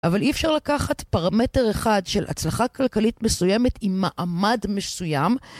אבל אי אפשר לקחת פרמטר אחד, של הצלחה כלכלית מסוימת, עם מעמד מסוים...